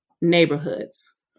neighborhoods